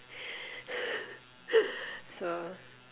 so